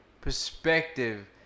perspective